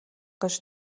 гэж